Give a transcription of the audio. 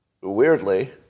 weirdly